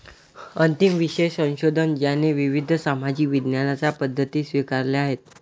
अंतिम विषय संशोधन ज्याने विविध सामाजिक विज्ञानांच्या पद्धती स्वीकारल्या आहेत